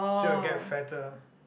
sure will get fatter